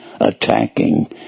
attacking